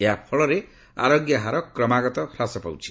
ଏହା ଫଳରେ ଆରୋଗ୍ୟ ହାର କ୍ରମାଗତ ହ୍ରାସ ପାଉଛି